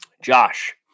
Josh